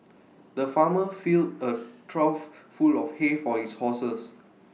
the farmer fill A trough full of hay for his horses